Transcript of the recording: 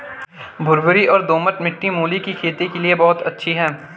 भुरभुरी और दोमट मिट्टी मूली की खेती के लिए बहुत अच्छी है